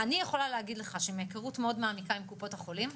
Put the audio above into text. אני יכולה להגיד לך שמהיכרות מאוד מעמיקה עם קופות החולים,